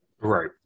Right